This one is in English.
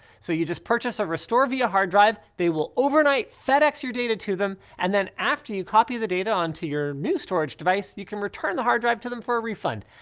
so you just purchase a restore via hard drive, they will overnight fedex your data to them and then after you copy the data onto your new storage device, you can return the hard drive to them for a refund.